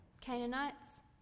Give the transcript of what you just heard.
Canaanites